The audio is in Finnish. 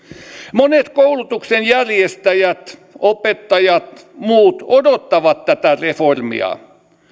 monet koulutuksen järjestäjät opettajat muut odottavat tätä reformia